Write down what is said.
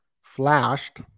flashed